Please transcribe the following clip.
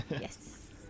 Yes